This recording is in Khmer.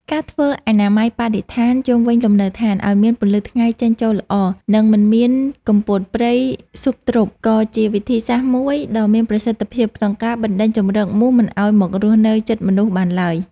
ការធ្វើអនាម័យបរិស្ថានជុំវិញលំនៅដ្ឋានឱ្យមានពន្លឺថ្ងៃចេញចូលល្អ និងមិនមានគុម្ពោតព្រៃស៊ុបទ្រុប ក៏ជាវិធីសាស្ត្រមួយដ៏មានប្រសិទ្ធភាពក្នុងការបណ្ដេញជម្រកមូសមិនឱ្យមករស់នៅជិតមនុស្សបានឡើយ។